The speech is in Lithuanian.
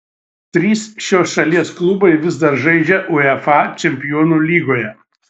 trys šios šalies klubai vis dar žaidžia uefa čempionų lygoje